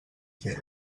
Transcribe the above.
fer